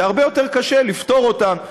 זה הרבה יותר קשה לפתור אותן.